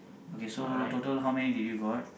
okay so total how many did you got